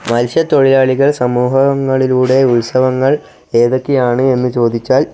മത്സ്യ തൊഴിലാളികൾ സമൂഹങ്ങളിലൂടെ ഉത്സവങ്ങൾ ഏതൊക്കെയാണ് എന്നു ചോദിച്ചാൽ